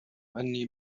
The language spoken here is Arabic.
أني